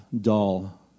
dull